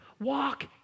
Walk